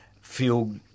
feel